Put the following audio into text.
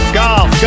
golf